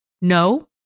No